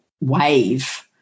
wave